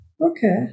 Okay